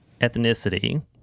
ethnicity